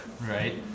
right